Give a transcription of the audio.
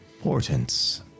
portents